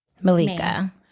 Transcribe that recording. Malika